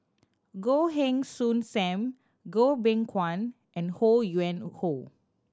Goh Heng Soon Sam Goh Beng Kwan and Ho Yuen Hoe